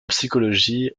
psychologie